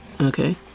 Okay